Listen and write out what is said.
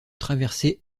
traversée